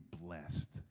blessed